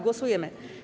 Głosujemy.